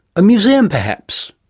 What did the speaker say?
a museum, perhaps?